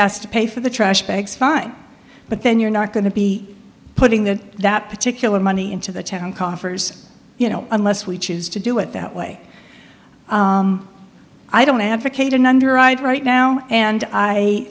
asked to pay for the trash bags fine but then you're not going to be putting that that particular money into the town coffers you know unless we choose to do it that way i don't advocate an underwriter right now and i